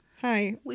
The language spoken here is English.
Hi